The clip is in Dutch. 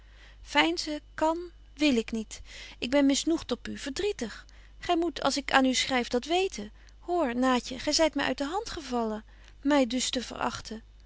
veinzen kan wil ik niet ik ben misnoegt op u verdrietig gy moet als ik aan u schryf dat weten hoor naatje gy zyt my uit de hand gevallen my dus te verachten